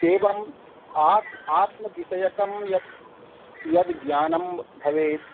एवं आ आत्मविषयकं यत् यद् ज्ञानं भवेत्